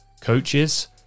coaches